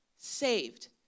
saved